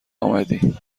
آمدی